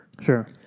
Sure